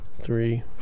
three